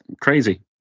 crazy